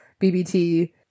BBT